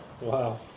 Wow